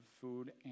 food